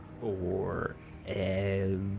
Forever